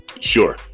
Sure